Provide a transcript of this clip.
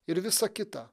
ir visa kita